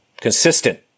Consistent